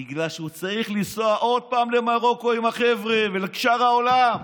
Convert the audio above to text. בגלל שהוא צריך לנסוע עוד פעם למרוקו עם החבר'ה ולשאר העולם.